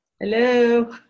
Hello